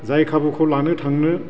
जाय खाबुखौ लानो थांनो